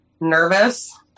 nervous